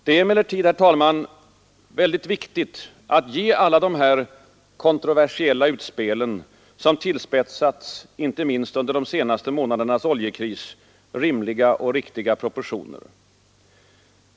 Det är emellertid, herr talman, viktigt att ge alla de här kontroversiella utspelen, som tillspetsats inte minst under de senaste månadernas oljekris, rimliga och riktiga proportioner.